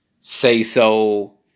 say-so